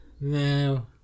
no